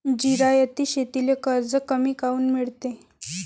जिरायती शेतीले कर्ज कमी काऊन मिळते?